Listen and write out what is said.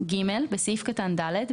(ג)בסעיף קטן (ד),